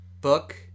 book